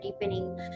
deepening